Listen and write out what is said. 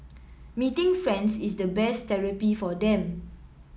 meeting friends is the best therapy for them